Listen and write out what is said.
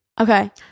okay